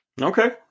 Okay